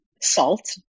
salt